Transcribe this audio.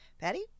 Patty